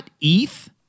.eth